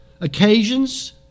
Occasions